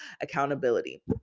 accountability